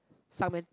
some went